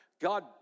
God